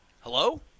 Hello